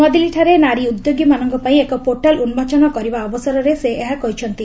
ନୂଆଦିଲ୍ଲୀଠାରେ ନାରୀ ଉଦ୍ୟୋଗୀଙ୍କ ପାଇଁ ଏକ ପୋର୍ଟାଲ୍ ଉନ୍କୋଚନ କରିବା ଅବସରରେ ସେ ଏହା କହିଛନ୍ତି